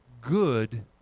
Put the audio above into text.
good